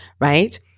right